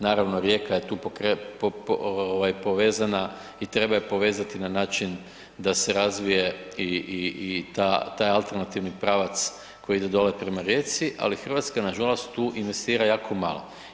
Naravno Rijeka je tu povezana i treba je povezati na način da se razvije i taj alternativni pravac koji ide dole prema Rijeci, ali Hrvatska nažalost tu investira jako malo.